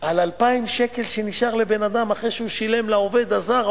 על 2,000 שקל שנשארים לבן-אדם אחרי שהוא שילם לעובד הזר,